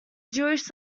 jewish